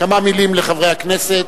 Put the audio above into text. כמה מלים לחברי הכנסת.